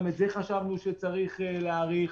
גם את זה חשבנו שצריך להאריך.